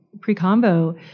pre-combo